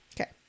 Okay